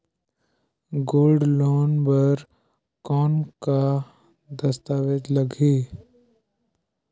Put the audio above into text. Gold loan बर कौन का दस्तावेज लगही?